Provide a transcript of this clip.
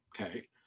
Okay